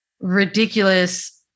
ridiculous